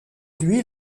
lui